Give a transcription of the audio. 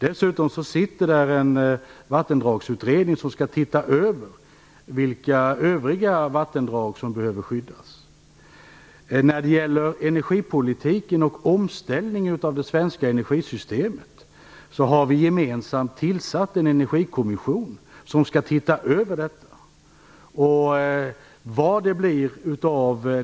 Dessutom sitter en vattendragsutredning som skall se över vilka övriga vattendrag som behöver skyddas. Vi har gemensamt tillsatt en energikommission som skall se över energipolitiken och omställningen av det svenska energisystemet.